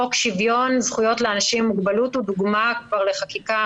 חוק שוויון זכויות לאנשים עם מוגבלות הוא דוגמה לחקיקה